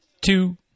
two